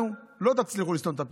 לנו לא תצליחו לסתום את הפיות.